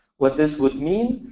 what this would mean.